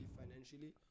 financially